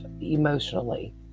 emotionally